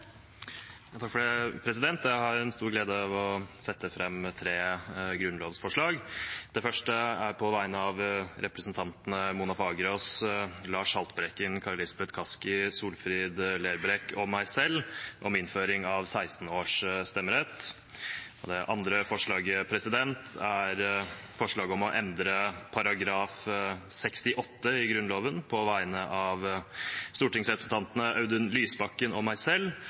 Jeg har en stor glede av å sette fram tre grunnlovsforslag. Det første er på vegne av representantene Mona Fagerås, Lars Haltbrekken, Kari Elisabeth Kaski, Solfrid Lerbrekk og meg selv om innføring av 16-års stemmerett. Det andre er et forslag på vegne av stortingsrepresentanten Audun Lysbakken og meg selv om å endre § 68 i Grunnloven om at Stortinget trer sammen tidligere. Det siste er et forslag på vegne av